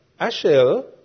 Ashel